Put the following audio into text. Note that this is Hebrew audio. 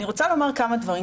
אני רוצה לומר כמה דברים.